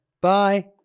Bye